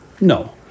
No